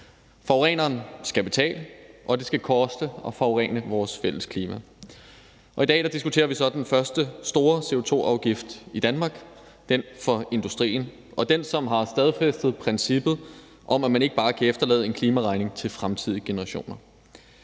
Forureneren skal betale, og det skal koste at forurene vores fælles klima. I dag diskuterer vi så den første store CO2-afgift i Danmark, nemlig den for industrien og den, som har stadfæstet princippet om, at man ikke bare kan efterlade en klimaregning til fremtidige generationer.